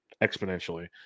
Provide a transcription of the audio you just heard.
exponentially